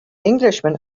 englishman